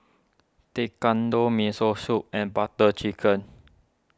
Tekkadon Miso Soup and Butter Chicken